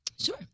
Sure